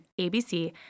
ABC